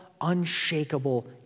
unshakable